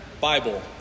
Bible